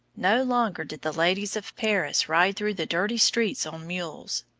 no longer did the ladies of paris ride through the dirty streets on mules,